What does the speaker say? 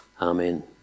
Amen